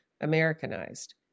Americanized